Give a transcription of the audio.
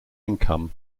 income